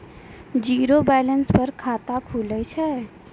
Zero balance पर खाता खुले छै?